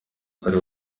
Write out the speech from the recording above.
atari